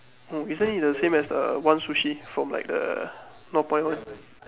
oh isn't it the same as the one sushi from like the north point one